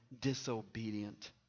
disobedient